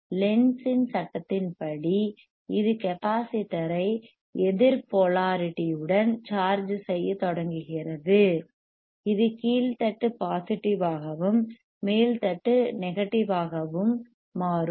லென்ஸின் சட்டத்தின்படி Lenz's law இது கெப்பாசிட்டர் ஐ எதிர் போலாரிட்டி உடன் சார்ஜ் செய்யத் தொடங்குகிறது இது கீழ்தட்டு பாசிடிவ் ஆகவும் மேல் தட்டு நெகட்டிவ் ஆகவும் மாறும்